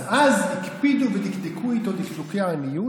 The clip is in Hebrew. אז הקפידו ודקדקו איתו דקדוקי עניות